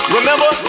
Remember